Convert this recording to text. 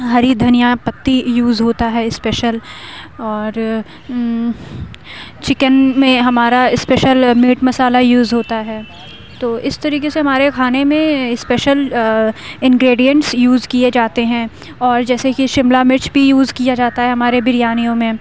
ہری دھنیا پتی یوز ہوتا ہے اسپیشل اور چکن میں ہمارا اسپیشل میٹ مسالہ یوز ہوتا ہے تو اِس طریقے سے ہمارے كھانے میں اسیپشل انگریڈینس یوز کیے جاتے ہیں اور جیسے کہ شملا مرچ بھی یوز کیا جاتا ہے ہمارے بریانیوں میں